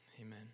Amen